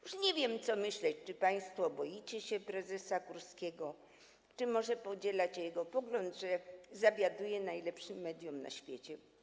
Już nie wiem, co myśleć: Czy państwo boicie się prezesa Kurskiego, czy może podzielacie jego pogląd, że zawiaduje najlepszym medium na świecie?